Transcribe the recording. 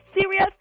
serious